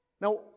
Now